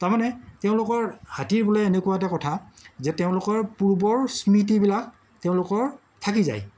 তাৰমানে তেওঁলোকৰ হাতীৰ বোলে এনেকুৱা এটা কথা যে তেওঁলোকৰ পূৰ্বৰ স্মৃতিবিলাক তেওঁলোকৰ থাকি যায়